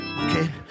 okay